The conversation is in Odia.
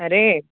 ଆରେ